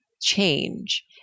change